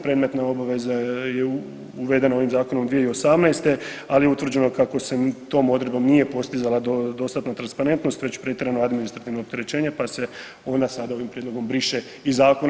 Predmetna obveza je uvedena ovim zakonom 2018., ali je utvrđeno kako se tom odredbom nije postizala dostatna transparentnost već … [[Govornik se ne razumije]] administrativno opterećenje, pa se ona sada ovim prijedlogom briše iz zakona.